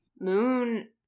Moon